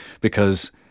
because-